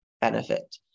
benefit